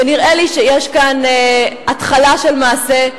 ונראה לי שיש כאן התחלה של מעשה.